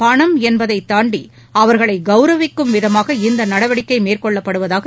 பணம் என்பதை தாண்டி அவர்களை கவுரவிக்கும் விதமாக இந்த நடவடிக்கை மேற்கொள்ளப்படுவதாக தெரிவித்தாா்